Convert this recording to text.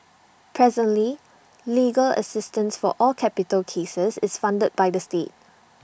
presently legal assistance for all capital cases is funded by the state